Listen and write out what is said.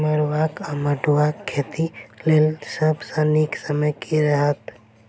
मरुआक वा मड़ुआ खेतीक लेल सब सऽ नीक समय केँ रहतैक?